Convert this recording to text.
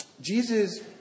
Jesus